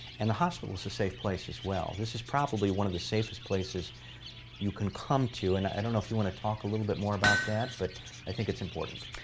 and the hospital is a safe place as well. this is probably one of the safest places you can come to. and i don't know if you want to talk a little bit more about that. but i think it's important.